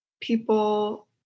people